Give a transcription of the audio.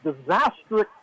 disastrous